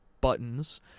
buttons